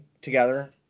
together